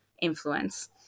influence